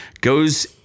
goes